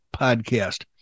podcast